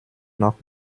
noch